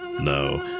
No